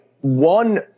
one